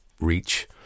reach